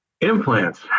implants